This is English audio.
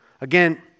Again